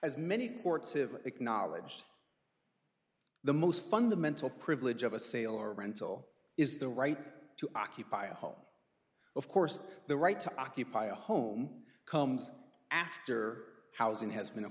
as many courts have acknowledged the most fundamental privilege of a sale or rental is the right to occupy a home of course the right to occupy a home comes after housing has been a